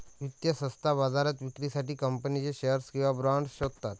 वित्तीय संस्था बाजारात विक्रीसाठी कंपनीचे शेअर्स किंवा बाँड शोधतात